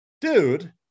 dude